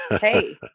Hey